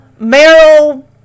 Meryl